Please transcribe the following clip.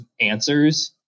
answers